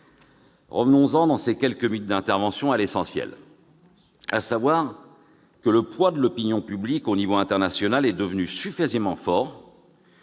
Revenons-en, dans ces quelques minutes d'intervention, à l'essentiel, à savoir que le poids de l'opinion publique au niveau international est devenu suffisamment fort